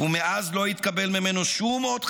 ומאז לא התקבל ממנו שום אות חיים.